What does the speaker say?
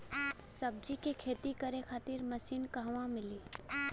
सब्जी के खेती करे खातिर मशीन कहवा मिली?